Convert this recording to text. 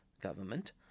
government